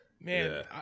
man